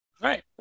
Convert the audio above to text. Right